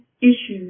issues